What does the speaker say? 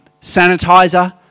sanitizer